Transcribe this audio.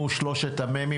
הוא שלושת המ"מים,